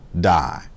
die